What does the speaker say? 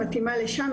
את מתאימה לשם,